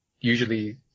Usually